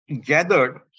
gathered